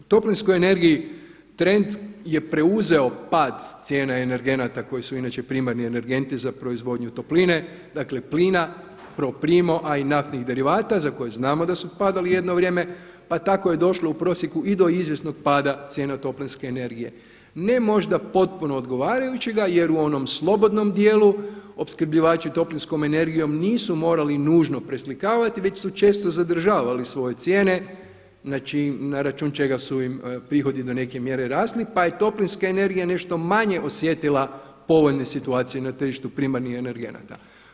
Toplinskoj energiji trend je preuzeo pad cijena energenata koji su inače primarni energenti za proizvodnju topline, dakle plina pro primo a i naftnih derivata za koje znamo da su padali jedno vrijeme, pa tako je došlo u prosjeku i do izvjesnog pada cijene toplinske energije ne možda potpuno odgovarajućega jer u onom slobodnom dijelu opskrbljivači toplinskom energijom nisu morali nužno preslikavati već su često zadržavali svoje cijene na račun čega su im prihodi do neke mjere rasli, pa je toplinska energija nešto manje osjetila povoljne situacije na tržištu primarnih energenata.